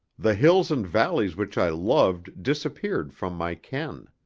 the hills and valleys which i loved disappeared from my ken.